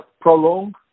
prolong